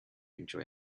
enjoy